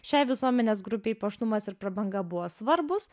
šiai visuomenės grupei puošnumas ir prabanga buvo svarbūs